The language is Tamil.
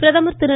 பிரதமர் திரு